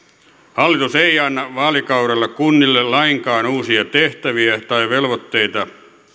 hallitus ei anna vaalikaudella kunnille lainkaan uusia tehtäviä tai velvoitteita